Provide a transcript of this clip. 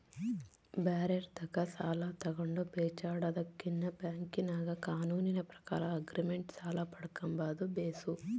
ಬ್ಯಾರೆರ್ ತಾಕ ಸಾಲ ತಗಂಡು ಪೇಚಾಡದಕಿನ್ನ ಬ್ಯಾಂಕಿನಾಗ ಕಾನೂನಿನ ಪ್ರಕಾರ ಆಗ್ರಿಮೆಂಟ್ ಸಾಲ ಪಡ್ಕಂಬದು ಬೇಸು